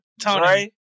Tony